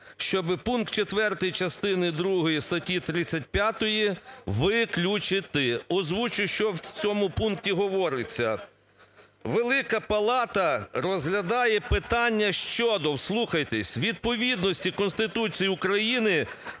щоб пункт 4 частини другої статті 35 виключити. Озвучу, що в цьому пункті говориться: "Велика палата розглядає питання щодо (вслухайтесь!) відповідності Конституції України